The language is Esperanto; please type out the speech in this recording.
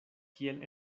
kiel